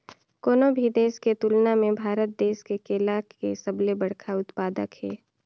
कोनो भी देश के तुलना म भारत देश केला के सबले बड़खा उत्पादक हे